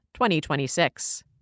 2026